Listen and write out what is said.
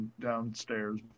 downstairs